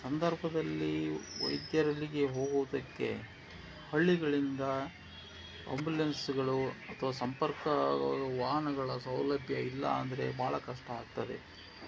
ಸಂದರ್ಭದಲ್ಲಿ ವೈದ್ಯರಲ್ಲಿಗೆ ಹೋಗುವುದಕ್ಕೆ ಹಳ್ಳಿಗಳಿಂದ ಅಂಬುಲೆನ್ಸ್ಗಳು ಅಥವಾ ಸಂಪರ್ಕ ವಾಹನಗಳ ಸೌಲಭ್ಯ ಇಲ್ಲ ಅಂದರೆ ಭಾಳ ಕಷ್ಟ ಆಗ್ತದೆ